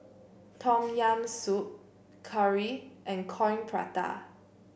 Tom Yam Soup Curry and Coin Prata